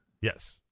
Yes